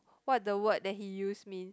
what the word that he use mean